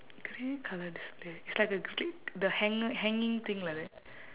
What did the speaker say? grey colour display it's like a g~ the hanger hanging thing like that